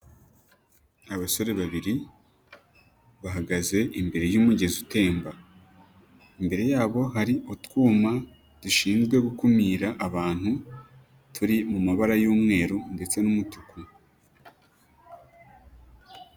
Abasore babiri, bahagaze imbere y'umugezi utemba, imbere yabo hari utwuma dushinzwe gukumira abantu, turi mu mumabara y'umweru ndetse n'umutuku.